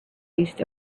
east